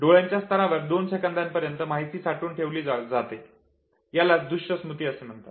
डोळ्यांच्या स्तरावर दोन सेकंदापर्यंत माहिती साठवून ठेवली जाते आणि यालाच दृश्य स्मृती असे म्हणतात